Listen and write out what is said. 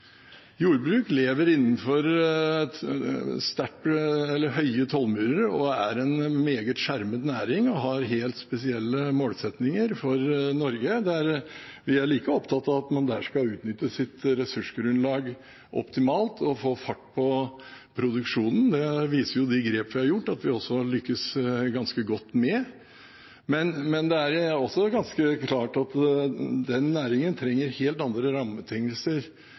Jordbruk lever innenfor høye tollmurer og er en meget skjermet næring som har helt spesielle målsettinger for Norge. Vi er like opptatt av at man der skal utnytte sitt ressursgrunnlag optimalt og få fart på produksjonen. Det viser de grep vi har gjort, også at vi har lyktes ganske godt med. Men det er også ganske klart at den næringen trenger helt andre rammebetingelser